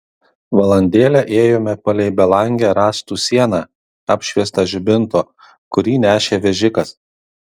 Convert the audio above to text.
valandėlę ėjome palei belangę rąstų sieną apšviestą žibinto kurį nešė vežikas